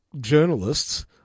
journalists